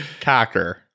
Cocker